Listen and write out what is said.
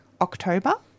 October